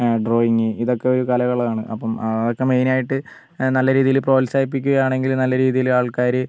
ആ ഡ്രോയിങ്ങ് ഇതൊക്കെ ഒരു കലകളാണ് അപ്പം അതൊക്കെ മെയിനായിട്ട് നല്ല രീതിയിൽ പ്രോത്സാഹിപ്പിക്കുകയാണെങ്കിൽ നല്ല രീതിയിൽ ആൾക്കാർ